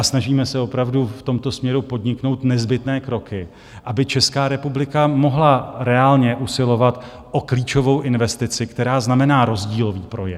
Snažíme se opravdu v tomto směru podniknout nezbytné kroky, aby Česká republika mohla reálně usilovat o klíčovou investici, která znamená rozdílový projekt.